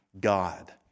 God